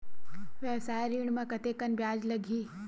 व्यवसाय ऋण म कतेकन ब्याज लगही?